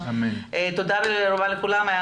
תודה רבה לכולם.